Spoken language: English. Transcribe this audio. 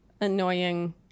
annoying